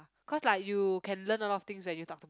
cause like you can learn a lot of things when you talk to